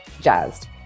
jazzed